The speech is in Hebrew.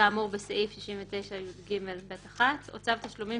כאמור בסעיף 69יג(ב)(1) או צו תשלומים